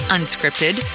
Unscripted